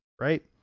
Right